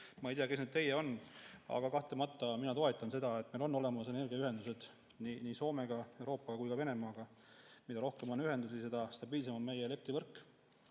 Ma ei tea, kes need "teie" on, aga mina kahtlemata toetan seda, et meil on olemas energiaühendused nii Soome, Euroopa kui ka Venemaaga. Mida rohkem on ühendusi, seda stabiilsem on meie elektrivõrk.